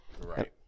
Right